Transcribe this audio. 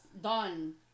Done